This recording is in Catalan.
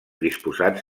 disposats